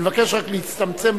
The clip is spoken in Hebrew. אני מבקש רק להצטמצם,